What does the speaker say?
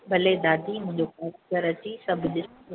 भले दादी मुंहिंजो क़ारीगरु अची सभु ॾिसंदो